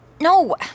No